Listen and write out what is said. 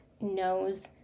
knows